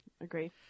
agree